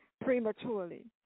prematurely